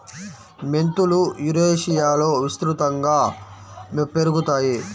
మెంతులు యురేషియాలో విస్తృతంగా పెరుగుతాయి